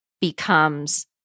becomes